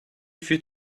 fut